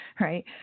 Right